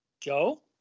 Joe